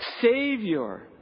Savior